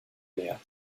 mehr